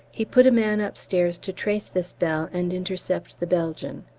he put a man upstairs to trace this bell and intercept the belgian.